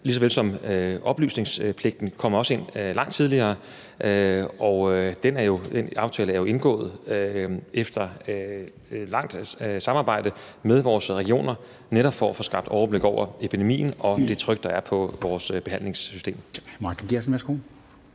lige så vel som oplysningspligten også kommer ind langt tidligere. Den aftale er jo indgået efter et langt samarbejde med vores regioner netop for at få skabt overblik over epidemien og det tryk, der er på vores behandlingssystem.